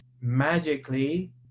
magically